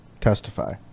Testify